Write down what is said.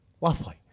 lovely